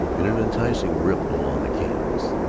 in an enticing ripple on the canvas.